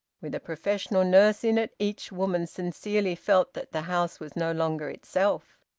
with a professional nurse in it, each woman sincerely felt that the house was no longer itself,